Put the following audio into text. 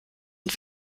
und